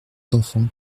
d’enfants